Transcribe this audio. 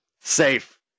Safe